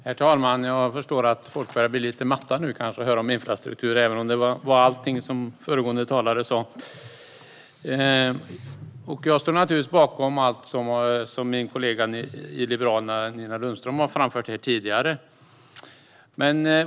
Herr talman! Jag förstår om folk börjar bli lite matta nu av att höra allting om infrastruktur. Jag står naturligtvis bakom allt som min kollega i Liberalerna, Nina Lundström, har framfört här tidigare.